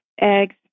eggs